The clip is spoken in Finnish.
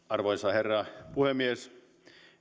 arvoisa herra puhemies